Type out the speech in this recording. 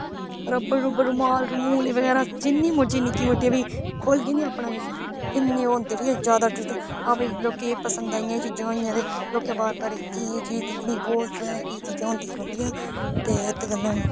रबड रुमाल बगैरा जिन्नी मर्जी निक्की मुट्टी बी खोलगे नेई अपना किश इन्हे ओह् होंदे ठीक ऐ ज्यादा लोकें गी पंसद आइया ऐ चीजां होइयां ते लोकें बार बार इत्थै एह् चीज दिक्खनी एह् चीजां होदियां रौंहिदयां ते इत गला